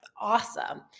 awesome